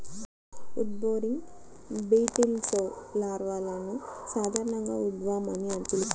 wood boring బీటిల్స్లో లార్వాలను సాధారణంగా ఉడ్వార్మ్ అని పిలుస్తారు